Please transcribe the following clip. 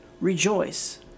Rejoice